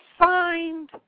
signed